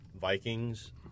Vikings